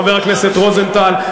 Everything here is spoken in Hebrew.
חבר הכנסת רוזנטל,